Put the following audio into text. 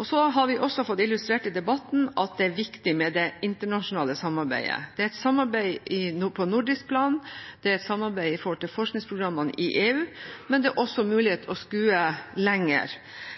Så har vi også fått illustrert i debatten at det er viktig med det internasjonale samarbeidet. Det er et samarbeid på nordisk plan, det er et samarbeid når det gjelder forskningsprogrammene i EU, men det er også mulig å skue lenger.